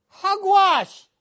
Hugwash